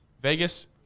Vegas